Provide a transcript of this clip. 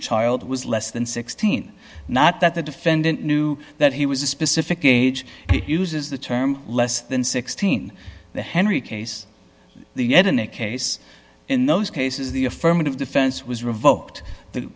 child was less than sixteen not that the defendant knew that he was a specific age he uses the term less than sixteen the henry case the yet in a case in those cases the affirmative defense was revoked the